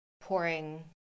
pouring